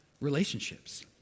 relationships